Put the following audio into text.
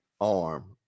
arm